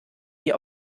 wir